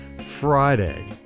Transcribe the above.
Friday